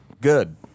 Good